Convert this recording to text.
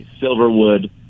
Silverwood